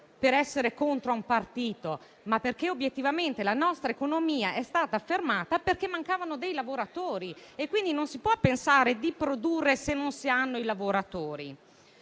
per essere contro un partito, ma perché obiettivamente la nostra economia è stata fermata dalla mancanza dei lavoratori. Non si può pensare di produrre se non si hanno i lavoratori.